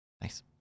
nice